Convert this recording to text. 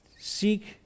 seek